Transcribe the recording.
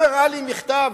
והוא הראה לי מכתב,